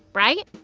right?